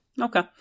Okay